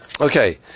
Okay